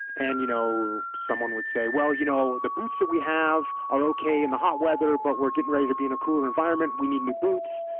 and you know someone would say well, you know the boots that we have are okay in the hot weather but we're getting ready to be in a cooler environment and we need new boots.